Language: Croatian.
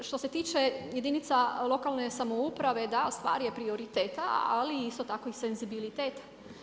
Što se tiče jedinica lokalne samouprave da stvar je prioriteta, ali isto tako senzibiliteta.